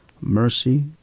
mercy